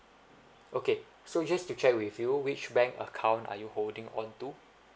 okay so just to check with you which bank account are you holding on to